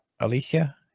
Alicia